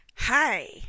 Hi